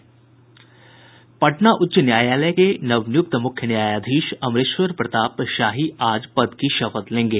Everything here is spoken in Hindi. पटना उच्च न्यायालय के नवनिय्रक्त मुख्य न्यायाधीश अमरेश्वर प्रताप शाही आज पद की शपथ लेंगे